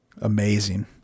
Amazing